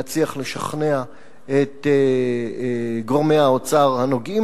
להצליח לשכנע את גורמי האוצר הנוגעים